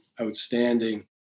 outstanding